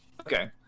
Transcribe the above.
okay